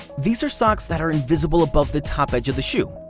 these are socks that are invisible above the top edge of the shoe,